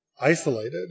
isolated